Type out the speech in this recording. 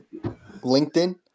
LinkedIn